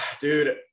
dude